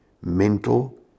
mental